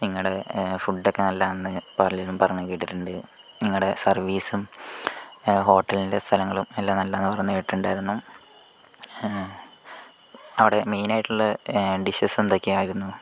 നിങ്ങളുടെ ഫുഡ് ഒക്കെ നല്ലതാണെന്ന് പലരും പറഞ്ഞു കേട്ടിട്ടുണ്ട് നിങ്ങളുടെ സർവീസും ഹോട്ടലിൻ്റെ സ്ഥലങ്ങളും എല്ലാം നല്ലതാണ് പറഞ്ഞു കേട്ടിട്ടുണ്ടായിരുന്നു അവിടെ മെയിൻ ആയിട്ടുള്ള ഡിഷസ് എന്തൊക്കെയായിരുന്നു